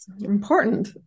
Important